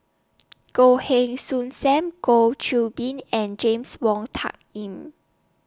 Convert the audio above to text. Goh Heng Soon SAM Goh Qiu Bin and James Wong Tuck Yim